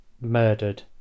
murdered